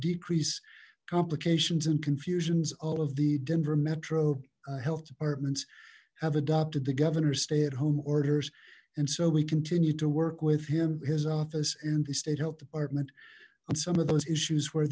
decrease complications and confusions all of the denver metro health departments have adopted the governor stay at home orders and so we continue to work with him his office and the state health department on some of those issues where